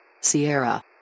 Sierra